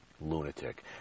Lunatic